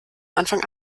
anfang